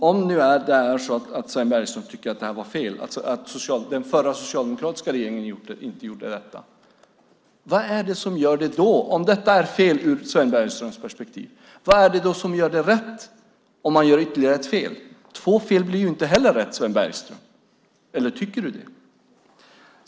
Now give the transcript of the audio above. Om Sven Bergström tycker att den förra socialdemokratiska regeringen inte gjorde det rätta - om det var fel från Sven Bergströms perspektiv - vad är det då som gör det rätt om man gör ytterligare ett fel? Två fel blir ju inte heller rätt, Sven Bergström! Eller tycker du det?